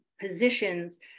positions